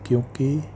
ਕਿਉਂਕਿ